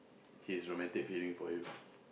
his romantic feeling for you